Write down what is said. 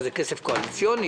מה, זה כסף קואליציוני?